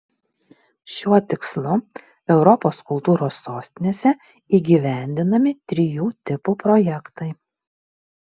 šiuo tikslu europos kultūros sostinėse įgyvendinami trijų tipų projektai